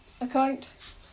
Account